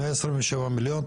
127 מיליון.